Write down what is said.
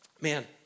man